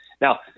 Now